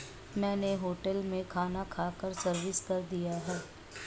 मैंने होटल में खाना खाकर सर्विस कर दिया है